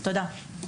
תודה.